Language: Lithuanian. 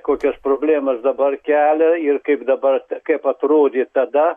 kokias problemas dabar kelia ir kaip dabar kaip atrodė tada